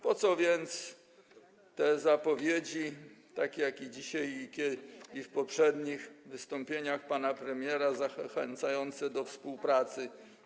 Po co więc te zapowiedzi, które padły i dzisiaj, i w poprzednich wystąpieniach pana premiera, zachęcające do współpracy?